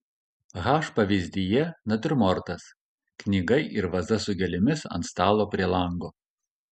h pavyzdyje natiurmortas knyga ir vaza su gėlėmis ant stalo prie lango